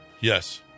Yes